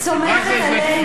זו כפירה.